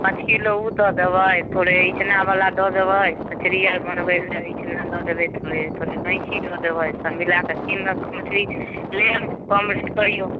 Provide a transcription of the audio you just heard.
पाँच किलो ओ दऽ देबै थोड़े इचनावला दऽ देबै कचरी आओर बनबैलए इचना दऽ देबै थोड़े थोड़े गैँची दऽ देबै सब मिलाकऽ तीन गो मोटरी लेब कम रेट कहिऔ